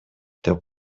деп